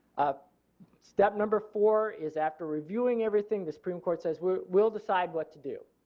ah step number four is after reviewing everything the supreme court says we will decide what to do.